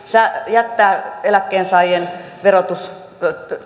jättää eläkkeensaajien verotus